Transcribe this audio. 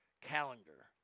Calendar